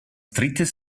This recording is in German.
drittes